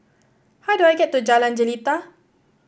how do I get to Jalan Jelita